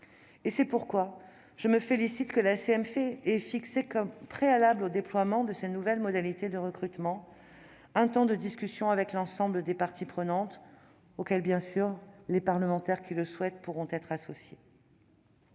ce que la commission mixte paritaire ait fixé, comme préalable au déploiement de ces nouvelles modalités de recrutement, un temps de discussion avec l'ensemble des parties prenantes, auquel, bien sûr, les parlementaires qui le souhaitent pourront être associés.